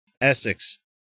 Essex